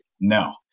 No